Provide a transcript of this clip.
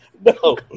No